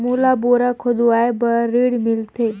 मोला बोरा खोदवाय बार ऋण मिलथे?